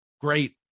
great